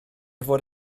fod